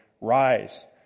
Rise